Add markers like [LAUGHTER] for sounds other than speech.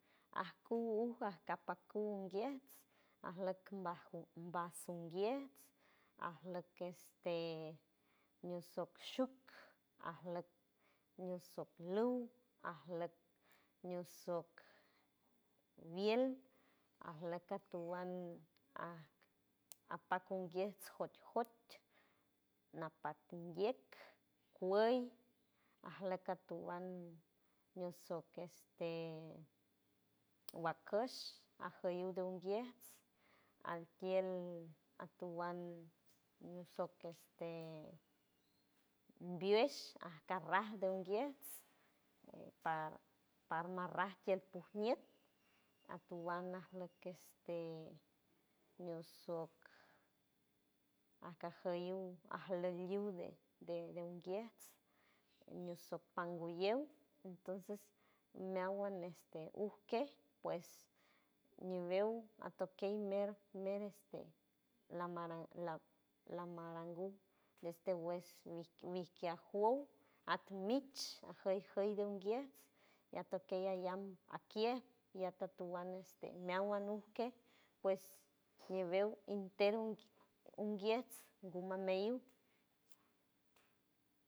Aj cu uj acapacu unguiets arlok umbaj umbasu unguiets arlok este ñusoshuk arlok ñuso luu arlok ñusoc vielt arlok atowand [NOISE] apa conguiets jot jotch napat unguiek guey arlok atowand ñiuso que este [NOISE] guarcosh ajoyul donguies altield atowand nisoc este vielch arcarraj don guiest par parmarraj kield pujñiet atowand arlo keste ñiuso acajoyu aloliul de unguiets ñuso panguyew entonces meawand este uke pues ñibeu atokey mer mereste lamarangu este wes vikia juow atuymich ajey jey de unguiets y atokey y ayam akier y atotowand este meawand nu que pues ñibeu inter unguiets gumameyuj. [NOISE]